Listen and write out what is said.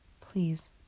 Please